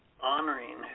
honoring